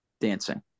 dancing